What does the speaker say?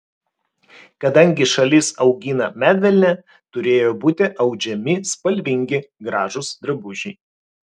kadangi šalis augina medvilnę turėjo būti audžiami spalvingi gražūs drabužiai